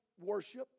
worship